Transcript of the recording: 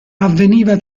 avveniva